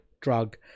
drug